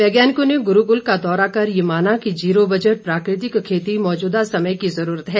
वैज्ञानिकों ने गुरूकुल का दौरा कर ये माना कि जीरो बजट प्राकृतिक खेती मौजूदा समय की जरूरत है